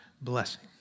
blessing